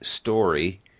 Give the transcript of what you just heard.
story